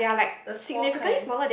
the small kind